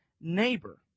neighbor